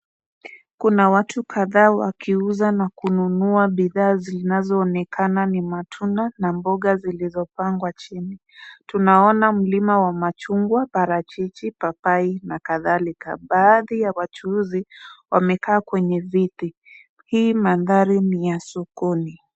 Kuna watu kadhaa wakiuza na kununua bidhaa zinazoonekana ni matunda na mboga zilizopangwa chini. Tunaona mlima wa machungwa , parachichi, papai na kadhalika. Baadhi ya wachuuzi wamekaa kwenye viti. Hii mandhari ni ya sokoni.